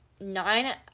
nine